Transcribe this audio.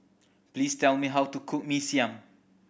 please tell me how to cook Mee Siam